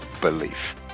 belief